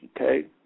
Okay